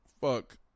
fuck